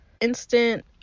instant